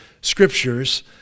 scriptures